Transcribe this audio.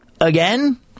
Again